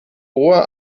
vor